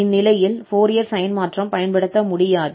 இந்நிலையில் Fourier sine மாற்றம் பயன்படுத்த முடியாது